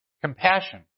Compassion